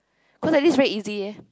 cause like this very easy leh